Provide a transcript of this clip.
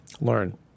Learn